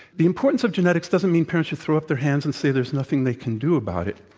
the importance of genetics doesn't mean parents should throw up their hands and say there's nothing they can do about it.